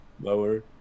lower